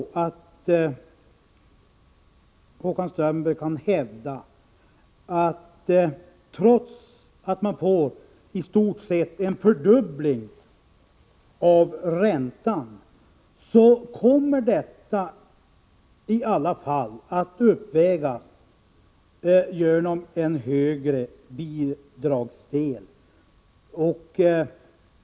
Kan Håkan Strömberg verkligen hävda att en i stort sett fördubblad ränta kommer att uppvägas av en högre bidragsdel?